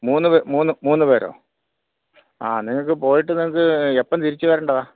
മൂന്ന് മൂന്ന് മൂന്ന് പേരോ ആ നിങ്ങൾക്ക് പോയിട്ട് നിങ്ങൾക്ക് എപ്പം തിരിച്ച് വരേണ്ടതാ